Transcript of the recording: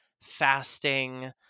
fasting